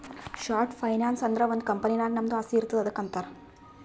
short finance ಅಂದುರ್ ಒಂದ್ company ನಾಗ್ ನಮ್ದು ಆಸ್ತಿ ಇರ್ತುದ್ ಅದುಕ್ಕ ಅಂತಾರ್